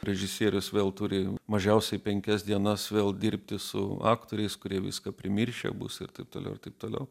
režisierius vėl turi mažiausiai penkias dienas vėl dirbti su aktoriais kurie viską primiršę bus ir taip toliau ir taip toliau